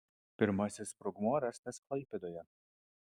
pirmasis sprogmuo rastas klaipėdoje